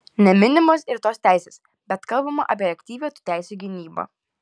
neminimos ir tos teisės bet kalbama apie aktyvią tų teisių gynybą